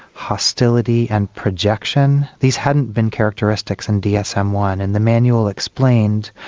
hostility and projection. these hadn't been characteristics in dsm one and the manual explained,